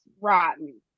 rotten